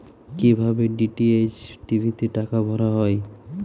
কি ভাবে DTH TV তে টাকা ভরা হয়?